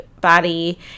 body